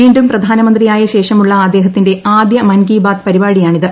വീണ്ടും പ്രധാനമന്ത്രിയായശേഷമുള്ള അദ്ദേഹത്തിന്റെ ആദ്യ മൻ കി ബാത്ത് പരിപാടിയാണിത്